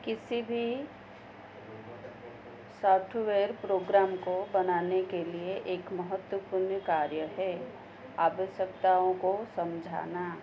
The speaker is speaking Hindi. किसी भी सॉफ्टवेयर प्रोग्राम को बनाने के लिए एक महत्वपूर्ण कार्य है आवश्यकताओं को समझाना